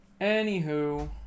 Anywho